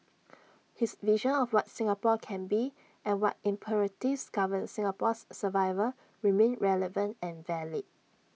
his vision of what Singapore can be and what imperatives govern Singapore's survival remain relevant and valid